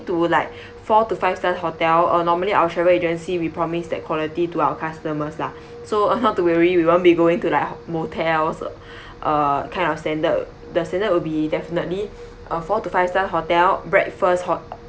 to like four to five star hotel uh normally our travel agency we promise that quality to our customers lah so uh not to worry we won't be going to the motels uh kind of standard the standard will be definitely a four to five star hotel breakfast hot~